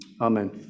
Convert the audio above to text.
Amen